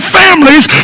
families